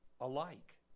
alike